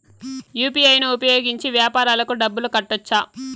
UPI ను ఉపయోగించి వ్యాపారాలకు డబ్బులు కట్టొచ్చా?